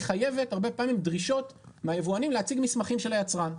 מחייבת הרבה פעמים דרישות מהיבואנים להציג מסמכים של היצרן,